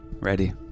ready